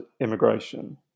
immigration